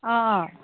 অঁ অঁ